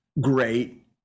great